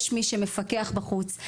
יש מי שמפקח בחוץ.